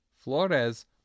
Flores